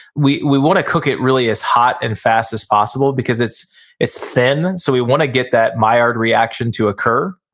we we wanna cook it really as hot and fast as possible, because it's it's thin. and so, we wanna get that maillard ah reaction to occur,